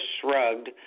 Shrugged